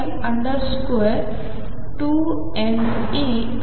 k1 2mE2